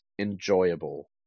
enjoyable